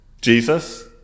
Jesus